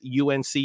UNC